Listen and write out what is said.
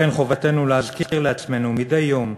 לכן חובתנו להזכיר לעצמנו מדי יום